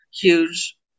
huge